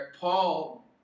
Paul